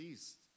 East